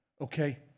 Okay